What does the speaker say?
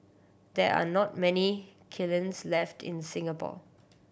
there are not many kilns left in Singapore